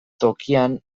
tokian